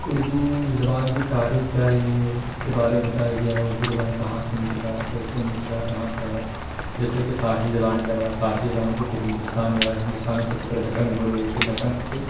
اردو زبان کی تاریخ کیا رہی ہے اس کے بارے میں بتایا گیا ہے اردو زبان کہاں سے نکلا کیسے نکلا اور کہاں سے آیا جیسے کہ فارسی زبان سے آیا فارسی زبان سے پھر ہندوستان میں آیا اور ہندوستان میں سب سے پہلے دکن میں بولی گئی پھر دکن سے پھر